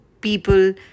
people